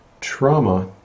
trauma